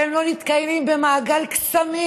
והם לא מתקיימים במעגל קסמים?